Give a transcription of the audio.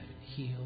heal